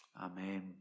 Amen